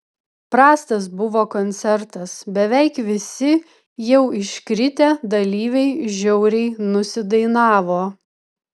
prastas buvo koncertas beveik visi jau iškritę dalyviai žiauriai nusidainavo